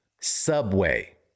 Subway